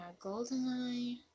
Goldeneye